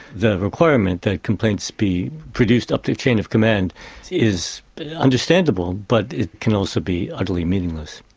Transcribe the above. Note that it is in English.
the requirement that complaints be produced up the chain of command is understandable, but it can also be utterly meaningless.